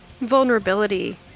vulnerability